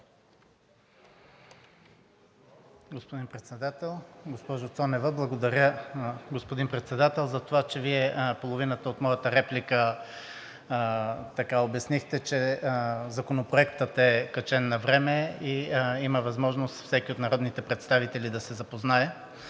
Господин Председател, госпожо Цонева! Благодаря, господин Председател, за това, че Вие обяснихте половината от моята реплика, че Проектът е качен навреме и има възможност всеки от народните представители да се запознае.